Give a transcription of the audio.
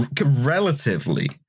relatively